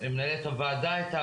מנהלת הוועדה היתה